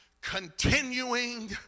continuing